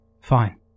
Fine